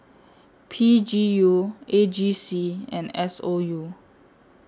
P G U A G C and S O U